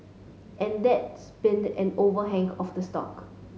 and that's been an overhang on the stock